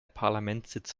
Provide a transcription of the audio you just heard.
parlamentssitz